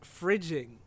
fridging